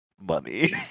money